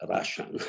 Russian